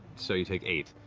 so you take eight.